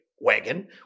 wagon